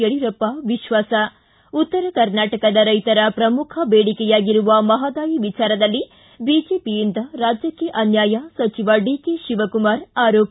ಯಡ್ಯೂರಪ್ಪ ವಿಶ್ವಾಸ ಿ ಉತ್ತರ ಕರ್ನಾಟಕದ ರೈತರ ಪ್ರಮುಖ ದೇಡಿಕೆಯಾಗಿರುವ ಮಹಾದಾಯಿ ವಿಚಾರದಲ್ಲಿ ಬಿಜೆಪಿಯಿಂದ ರಾಜ್ಯಕ್ಷೆ ಅನ್ಯಾಯ ಸಚಿವ ಡಿಕೆ ಶಿವಕುಮಾರ್ ಆರೋಪ